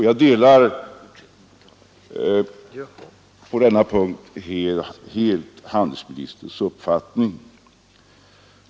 Jag delar på denna punkt helt handelsministerns uppfattning.